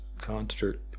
concert